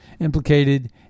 implicated